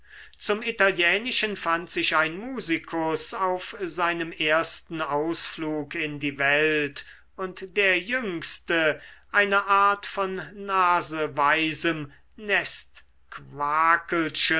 zum italienischen fand sich ein musikus auf seinem ersten ausflug in die welt und der jüngste eine art von